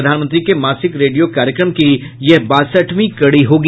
प्रधानमंत्री के मासिक रेडियो कार्यक्रम की यह बासठवीं कड़ी होगी